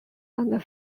and